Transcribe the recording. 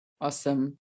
Awesome